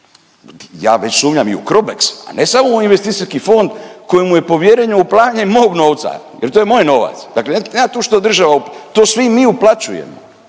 ja već sumnjam i u Crobex, a ne samo u investicijski fond kojemu je povjereno upravljanje mog novca, jer to je moj novac. Dakle, nema tu što država, to svi mi uplaćujemo.